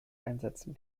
einsetzen